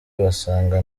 basanga